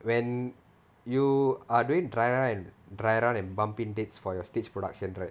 when you are doing dry run dry run and bumping dates for your stage production right